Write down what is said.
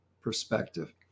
perspective